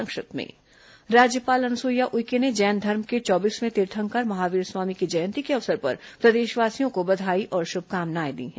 संक्षिप्त समाचार राज्यपाल अनुसुईया उइके ने जैन धर्म के चौबीसवें तीर्थंकर महावीर स्वामी की जयंती के अवसर पर प्रदेशवासियों को बधाई और शुभकामनाएं दी हैं